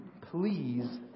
please